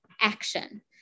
action